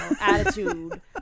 attitude